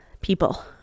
people